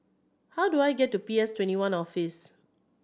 how do I get to P S Twenty one Office